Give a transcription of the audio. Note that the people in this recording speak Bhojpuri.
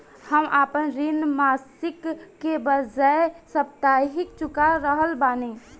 हम आपन ऋण मासिक के बजाय साप्ताहिक चुका रहल बानी